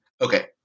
Okay